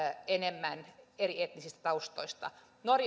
enemmän eri etnisistä taustoista